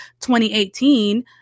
2018